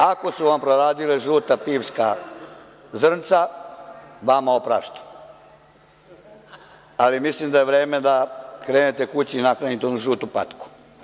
Ako su vam proradila žuta pivska zrnca, vama opraštam, ali mislim da vam je vreme da krenete kući i nahranite onu žutu patku.